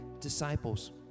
disciples